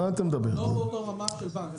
לא באותה רמה של בנק.